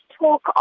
talk